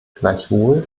gleichwohl